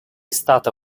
stata